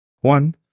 one